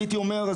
הייתי אומר,